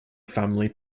family